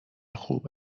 خوب